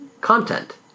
content